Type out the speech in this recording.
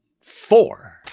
Four